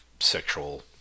sexual